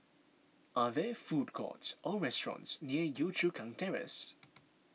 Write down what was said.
are there food courts or restaurants near Yio Chu Kang Terrace